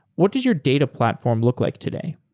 what does your data platform look like today?